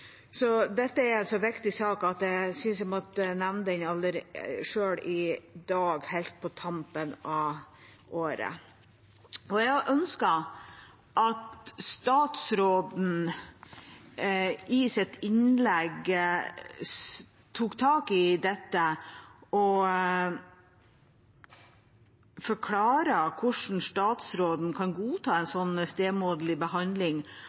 Dette er en så viktig sak at jeg syntes jeg måtte nevne den i dag, helt på tampen av året. Jeg hadde ønsket at statsråden i sitt innlegg tok tak i dette og forklarte hvordan han kan godta en så stemoderlig behandling